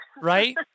Right